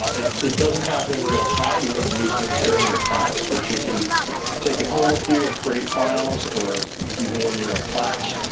it it doesn't happen in real time, you wouldn't use this during your class, but you can take it home with you and create files, or even when you're in class,